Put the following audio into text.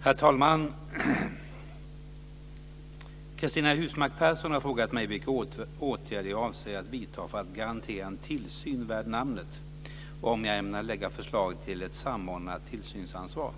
Herr talman! Cristina Husmark Pehrsson har frågat mig vilka åtgärder jag avser att vidta för att garantera en tillsyn värd namnet och om jag ämnar lägga fram förslag till ett samordnat tillsynsansvar.